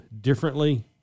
differently